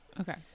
Okay